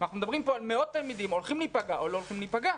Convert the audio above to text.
לא עומדים בתנאי הסף של משרד החינוך?